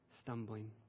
stumbling